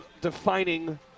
defining